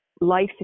life